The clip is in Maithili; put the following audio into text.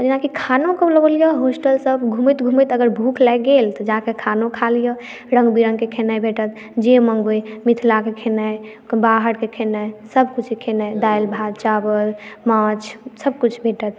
जेनाकि खानोक लऽ लिय होटलसभ घूमैत घूमैत अगर भूख लागि गेल तऽ जाके खानो खा लिय रङ्ग बिरङ्गक खेनाई भेटत जे मँगबै मिथिलाक खेनाई बाहरके खेनाई सभ किछुके खेनाई दालि भात चावल माछ सभ किछु भेटत